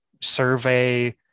survey